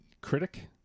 Critic